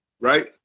right